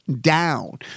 down